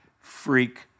freak